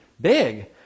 big